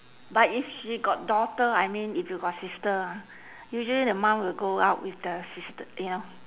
but if she got daughter I mean if you got sister ah usually the mum will go out with the sister you know